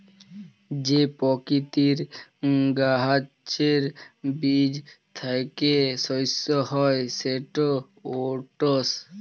যে পকিতির গাহাচের বীজ থ্যাইকে শস্য হ্যয় সেট ওটস